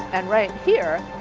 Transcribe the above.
and right here,